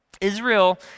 Israel